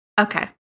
Okay